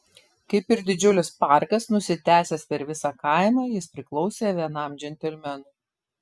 kaip ir didžiulis parkas nusitęsęs per visą kaimą jis priklausė vienam džentelmenui